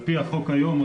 על פי החוק היום,